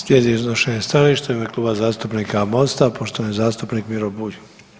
Slijedi iznošenje stajališta u ime Kluba zastupnika Mosta, poštovani zastupnik Miro Bulj.